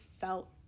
felt